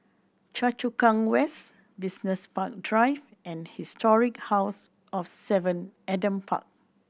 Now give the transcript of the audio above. Choa Chu Kang West Business Park Drive and Historic House of Seven Adam Park